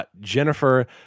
Jennifer